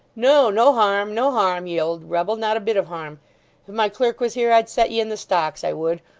no. no harm. no harm, ye old rebel, not a bit of harm. if my clerk was here, i'd set ye in the stocks, i would,